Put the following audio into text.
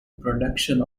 production